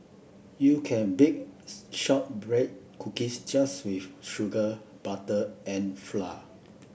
you can bake shortbread cookies just with sugar butter and flour